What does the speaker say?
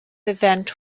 event